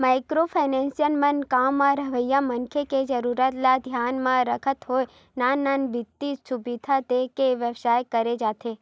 micro finance म गाँव म रहवइया मनखे के जरुरत ल धियान म रखत होय नान नान बित्तीय सुबिधा देय के बेवस्था करे जाथे